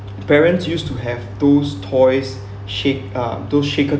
parents used to have those toys shake um those shaken